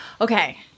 Okay